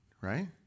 right